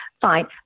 Fine